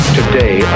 today